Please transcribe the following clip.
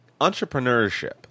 Entrepreneurship